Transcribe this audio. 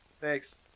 thanks